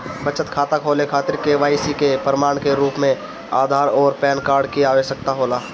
बचत खाता खोले खातिर के.वाइ.सी के प्रमाण के रूप में आधार आउर पैन कार्ड की आवश्यकता होला